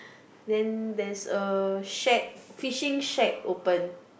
then there's a shack fishing shack open